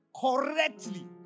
correctly